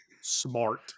smart